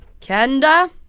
Kenda